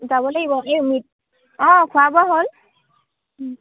যাব লাগিব এই অঁ খোৱা বোৱা হ'ল